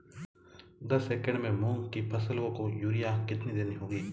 दस एकड़ में मूंग की फसल को यूरिया कितनी देनी होगी?